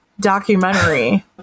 documentary